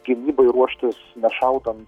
gynybai ruoštis nešaudant